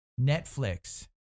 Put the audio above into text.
Netflix